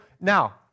now